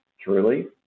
truly